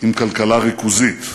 עם כלכלה ריכוזית.